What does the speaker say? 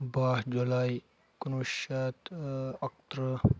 بَہہ جُلے کُنوُہ شیٚتھ اَکتٕرٛہ